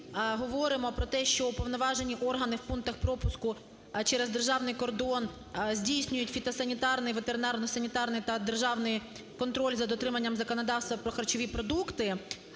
говоримо про те, що уповноважені органи в пунктах пропуску через державний кордон здійснюють фітосанітарний і ветеринарно-санітарний та державний контроль за дотриманням законодавства про харчові продукти,